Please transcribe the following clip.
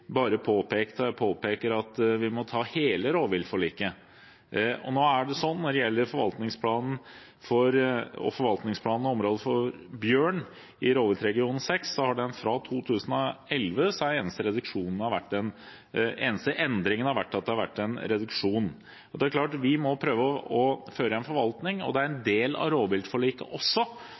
må ta hele rovviltforliket. Når det gjelder forvaltningsplanen og områder for bjørn i rovviltregion 6, har den eneste endringen der fra 2011 vært en reduksjon. Det er klart at vi må prøve å føre en forvaltning, og det er en del av rovviltforliket også